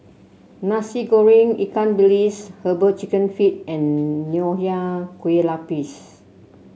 Nasi Goreng Ikan Bilis herbal chicken feet and Nonya Kueh Lapis